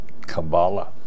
Kabbalah